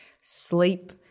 sleep